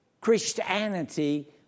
Christianity